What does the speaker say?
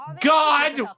God